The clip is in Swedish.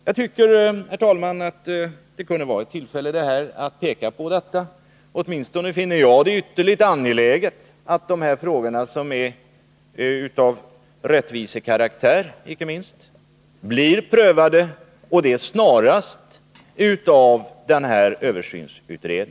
Jag tycker, herr talman, att det nu kunde vara ett tillfälle att peka på detta förhållande. Åtminstone finner jag det ytterligt angeläget att dessa frågor, som icke minst är av rättvisekaraktär, snarast möjligt blir föremål för en prövning av översynskommittén.